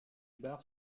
barres